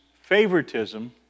favoritism